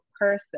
person